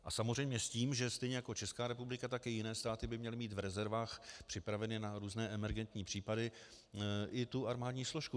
A samozřejmě s tím, že stejně jako Česká republika, tak i jiné státy by měly mít v rezervách připravenu na různé emergentní případy i tu armádní složku.